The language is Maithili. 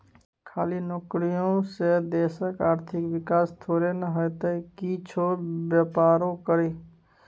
खाली नौकरीये से देशक आर्थिक विकास थोड़े न हेतै किछु बेपारो करही